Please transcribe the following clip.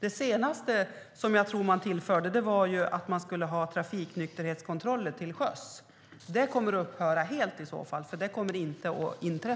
Det senaste som jag tror tillfördes var att man skulle ha trafiknykterhetskontroller till sjöss. Det kommer att upphöra helt i så fall, för det kommer vi inte